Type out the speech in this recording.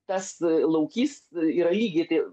tas laukys yra lygiai tai